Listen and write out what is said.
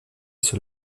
sur